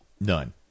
None